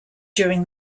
during